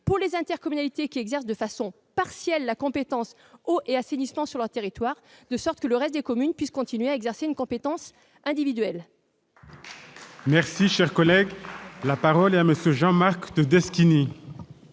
pour les intercommunalités qui exercent de façon partielle la compétence « eau et assainissement » sur leur territoire, de sorte que les autres communes puissent continuer à exercer une compétence individuelle. La parole est à M. Jean-Marc Todeschini,